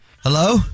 Hello